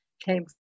came